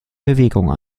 bewegung